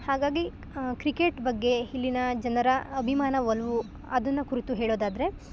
ಹಾಗಾಗಿ ಕ್ರಿಕೆಟ್ ಬಗ್ಗೆ ಇಲ್ಲಿನ ಜನರ ಅಭಿಮಾನ ಒಲವು ಅದನ್ನು ಕುರಿತು ಹೇಳೋದಾದರೆ